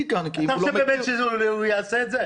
כאן --- אתה חושב שהוא באמת יעשה את זה?